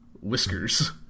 whiskers